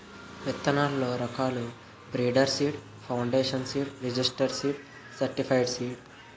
విత్తనాల్లో రకాలు breeder seed, foundation seed, registered seed, certified seed